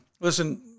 listen